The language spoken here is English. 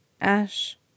Ash